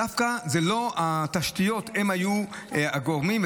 שדווקא לא התשתיות היו הגורמים,